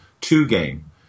two-game